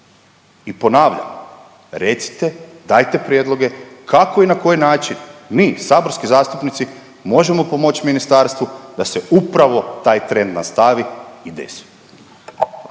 I ponavljam, recite, dajte prijedloge kako i na koji način mi saborski zastupnici možemo pomoć ministarstvu da se upravo taj trend nastavi i desi.